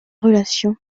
relations